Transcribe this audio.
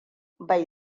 bai